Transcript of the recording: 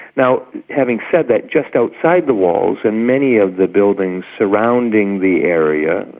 now, having said that, just outside the walls, in many of the buildings surrounding the area,